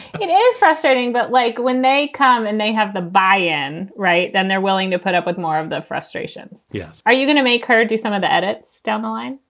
it is frustrating. but like when they come and they have the buy in, right. then they're willing to put up with more of their frustrations yeah are you gonna make her do some of the edits down the line?